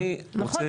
ואני רוצה,